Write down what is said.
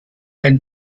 ein